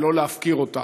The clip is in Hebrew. ולא להפקיר אותה.